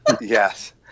Yes